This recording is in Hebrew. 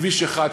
כביש 1,